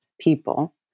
people